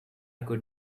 could